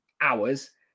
hours